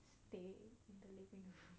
stay in the living room